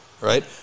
right